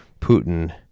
Putin